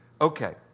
Okay